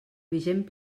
vigent